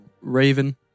raven